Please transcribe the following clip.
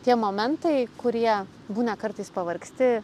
tie momentai kurie būna kartais pavargsti